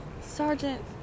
Sergeant